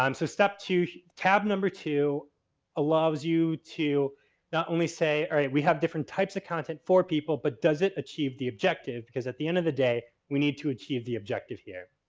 um so step two, tab number two allows you to not only say alright, we have different types of content for people, but does it achieve the objective? because at the end of the day we need to achieve the objective here.